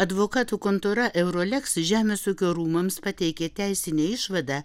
advokatų kontora euroleks žemės ūkio rūmams pateikė teisinę išvadą